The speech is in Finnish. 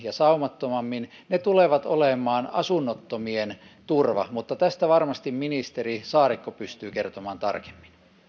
ja saumattomammin ne tulevat olemaan asunnottomien turva mutta tästä varmasti ministeri saarikko pystyy kertomaan tarkemmin